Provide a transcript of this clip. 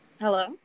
Hello